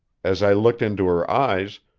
as i looked into her eyes,